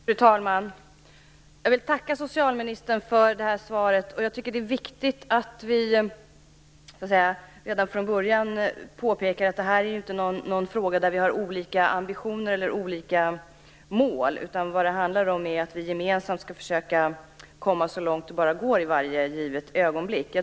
Fru talman! Jag vill tacka socialministern för svaret. Jag tycker att det är viktigt att redan från början påpeka att detta inte är en fråga där vi har olika ambition eller mål. Det handlar om att vi gemensamt skall försöka komma så långt det bara går i varje givet ögonblick.